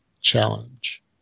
challenge